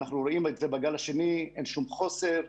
אנחנו רואים בגל השני שאין שום חוסר,